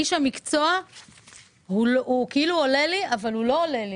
איש המקצוע הוא כאילו עולה, אבל הוא לא עולה לי.